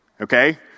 Okay